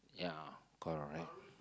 ya correct